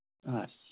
ꯑꯍꯣꯏ